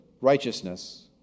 righteousness